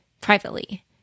privately